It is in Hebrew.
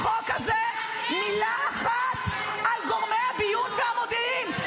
מילה אחת על גורמי הביון והמודיעין.